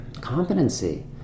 Competency